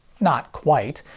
not quite.